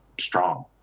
strong